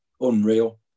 unreal